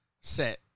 set